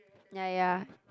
ya ya